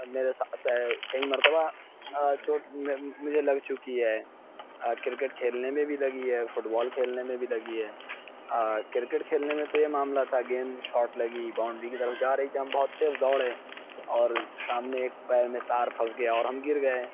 میرے ساتھ ہے کئی مرتبہ چوٹ مجھے لگ چکی ہے کرکٹ کھیلنے میں بھی لگی ہے فٹ بال کھیلنے میں بھی لگی ہے کرکٹ کھیلنے میں تو یہ معاملہ تھا گیند شاٹ لگی باؤنڈری کی طرف جا رہی تھی ہم بہت تیز دوڑے اور سامنے ایک پیر میں تار پھنس گیا اور ہم گر گئے